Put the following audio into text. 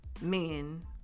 men